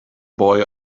boy